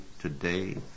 today